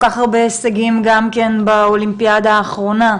כך הרבה הישגים גם כן באולימפיאדה האחרונה.